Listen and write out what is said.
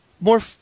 More